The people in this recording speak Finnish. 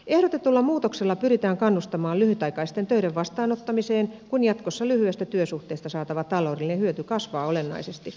ehdotetulla muutoksella pyritään kannustamaan lyhytaikaisten töiden vastaanottamiseen kun jatkossa lyhyestä työsuhteesta saatava taloudellinen hyöty kasvaa olennaisesti